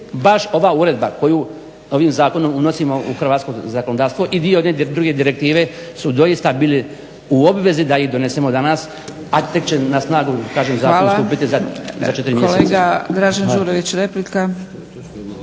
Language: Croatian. baš ova Uredba koju ovim zakonom unosimo u hrvatsko zakonodavstvo i dio druge direktive su doista bile u obvezi da ih donesemo danas, a tek će na snagu kažem zakon stupiti za 4 mjeseca. **Zgrebec, Dragica (SDP)** Hvala. Kolega Dražen Đurović replika.